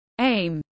Aim